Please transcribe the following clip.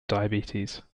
diabetes